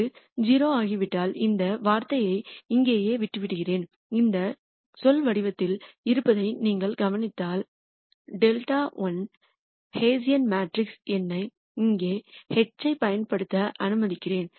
அது 0 ஆகிவிட்டால் இந்த வார்த்தையை இங்கேயே விட்டுவிடுகிறேன் இந்த சொல் வடிவத்தில் இருப்பதை நீங்கள் கவனித்தால் δT ஹெசியன் மேட்ரிக்ஸ் என்னை இங்கே H ஐப் பயன்படுத்த அனுமதிக்கிறேன்